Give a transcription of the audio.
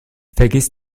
vergiss